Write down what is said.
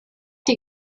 die